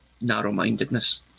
narrow-mindedness